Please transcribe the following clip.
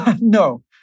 No